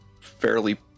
Fairly